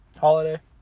Holiday